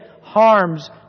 harms